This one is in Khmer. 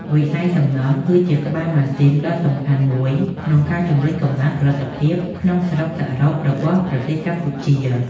វិស័យសំណង់គឺជាក្បាលម៉ាស៊ីនដ៏សំខាន់មួយក្នុងការជំរុញកំណើនផលិតផលក្នុងស្រុកសរុបរបស់ប្រទេសកម្ពុជា។